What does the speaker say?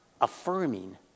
affirming